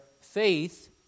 faith